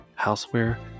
houseware